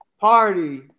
party